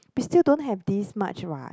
we still don't have these much what